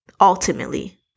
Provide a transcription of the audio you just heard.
ultimately